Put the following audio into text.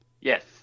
Yes